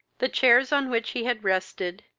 the chairs on which he had rested,